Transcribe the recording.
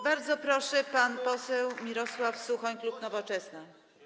Bardzo proszę, pan poseł Mirosław Suchoń, klub Nowoczesna.